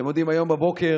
אתם יודעים, הבוקר,